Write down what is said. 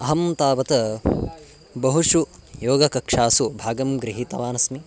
अहं तावत् बहुषु योगकक्षासु भागं गृहीतवानस्मि